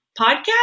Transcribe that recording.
podcast